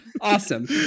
Awesome